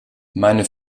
meine